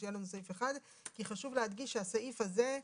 שיהיה לנו סעיף אחד כי חשוב להדגיש שהסעיף הזה,